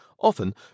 Often